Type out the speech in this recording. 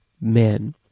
men